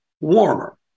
warmer